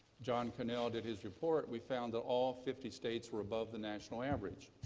john kuehnel did his report, we found that all fifty states were above the national average.